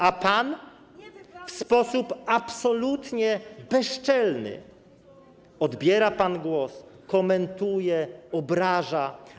A pan w sposób absolutnie bezczelny odbiera głos, komentuje, obraża.